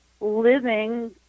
living